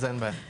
אז אין בעיה.